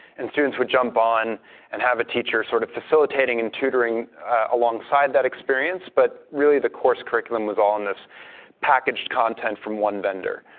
and students would jump on and have a teacher sort of facilitating and tutoring alongside that experience, but really the course curriculum was all in this package content from one vendor.